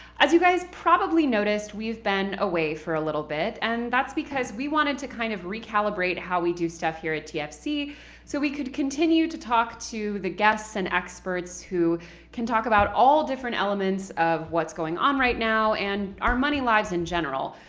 as you guys probably noticed, we've been away for a little bit, and that's because we wanted to kind of recalibrate how we do stuff here at tfc so we could continue to talk to the guests and experts who can talk about all different elements of what's going on right now and our money lives, in general.